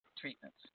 treatments